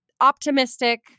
optimistic